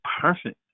perfect